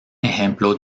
ejemplo